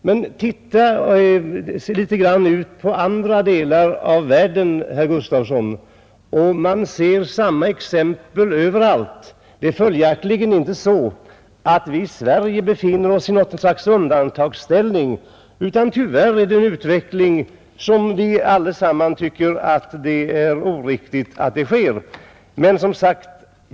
Se också litet grand ut över andra delar av världen, herr Gustavsson! Man finner samma exempel överallt. Det är följaktligen inte så att vi i Sverige befinner oss i någon sorts undantagsställning, utan tyvärr är det fråga om en allmän utveckling, som vi allesamman i vissa avseenden tycker är beklaglig.